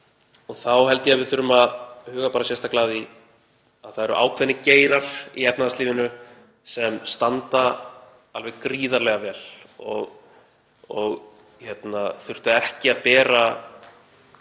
Þá held ég að við þurfum að huga sérstaklega að því að það eru ákveðnir geirar í efnahagslífinu sem standa alveg gríðarlega vel og þurftu ekki að bera